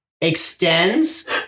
extends